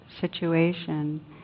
situation